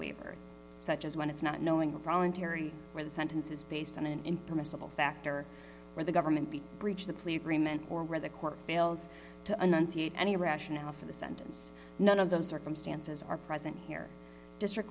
waiver such as when it's not knowing rowan terry where the sentence is based on an impermissible factor where the government be breached the plea agreement or where the court fails to unseat any rationale for the sentence none of those circumstances are present here district